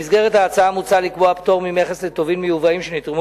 במסגרת ההצעה מוצע לקבוע פטור ממכס לטובין מיובאים שנתרמו